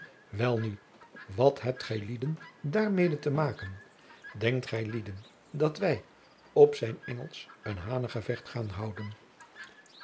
welnu wat hebt gijlieden daarmede te maken denkt jacob van lennep de pleegzoon gijlieden dat wij op zijn engelsch een hanengevecht gaan houden